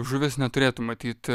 žuvys neturėtų matyt